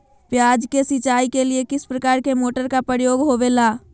प्याज के सिंचाई के लिए किस प्रकार के मोटर का प्रयोग होवेला?